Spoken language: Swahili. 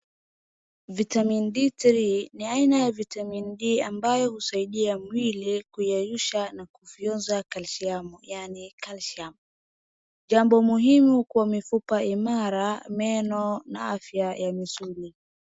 Vitamin D3 ni aina ya vitamin D ambayo husaidia mwili kuyeyusha na kufyonza kalsiamu yani calcium .Jambo muhimu kwa mifupa imara meno na afya ya misuri.